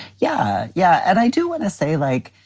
yeah. yeah and i do when i say, like,